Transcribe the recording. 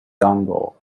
dongle